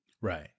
right